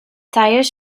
tires